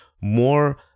more